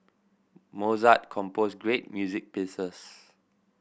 Mozart composed great music pieces